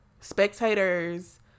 spectators